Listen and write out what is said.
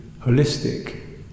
holistic